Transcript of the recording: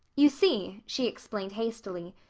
you see, she explained hastily,